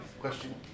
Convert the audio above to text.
Question